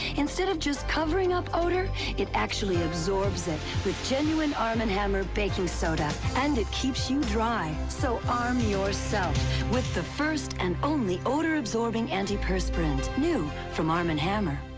instead of just covering up odor it actually sorbs it with genuine arm and hammer baking soda. and it keeps you dry. so arm yourself with the first and only odor-absorbing anti-perspirant. new from arm and hammer.